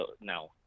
now